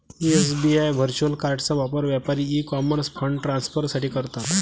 SBI virtual कार्डचा वापर व्यापारी ई कॉमर्स फंड ट्रान्सफर साठी करतात